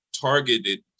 targeted